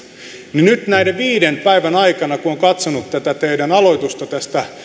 niin nyt näiden viiden päivän aikana kun on katsonut tätä teidän aloitustanne tästä